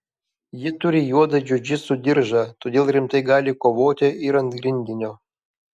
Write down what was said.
ji turi juodą džiudžitsu diržą todėl rimtai gali kovoti ir ant grindinio